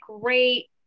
great